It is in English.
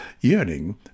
yearning